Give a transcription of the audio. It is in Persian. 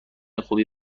خوبی